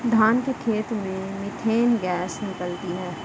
धान के खेत से मीथेन गैस निकलती है